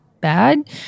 bad